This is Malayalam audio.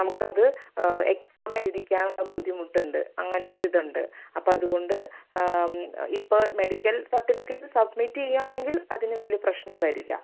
നമുക്കത് എക്സാമെഴുതിക്കാനുള്ള ബുദ്ധിമുട്ടുണ്ട് അങ്ങനൊരിതുണ്ട് അപ്പം അതുകൊണ്ട് ഇപ്പോൾ മെഡിക്കൽ സർട്ടിഫിക്കറ്റ് സബ്മിറ്റ് ചെയ്യാണെങ്കിൽ അതിന് വലിയ പ്രശ്നം വരില്ല